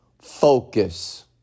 focus